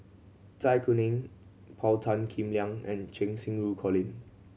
Zai Kuning Paul Tan Kim Liang and Cheng Xinru Colin